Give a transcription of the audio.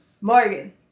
Morgan